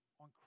on